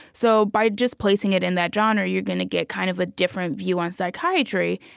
so by just placing it in that genre, you're gonna get kind of a different view on psychiatry,